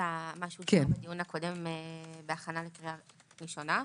לעומת הדיון הקודם בהכנה לקריאה ראשונה.